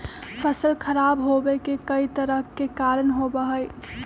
फसल खराब होवे के कई तरह के कारण होबा हई